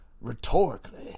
rhetorically